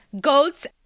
Goats